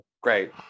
Great